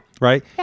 right